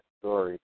story